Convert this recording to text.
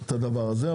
את הדבר הזה,